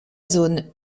zone